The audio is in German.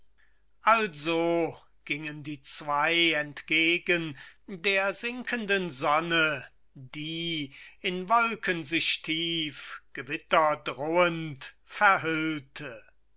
also gingen die zwei entgegen der sinkenden sonne die in wolken sich tief gewitterdrohend verhüllte